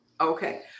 Okay